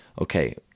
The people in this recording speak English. okay